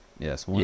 Yes